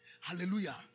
Hallelujah